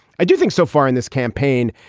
i do think so far in this campaign,